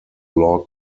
law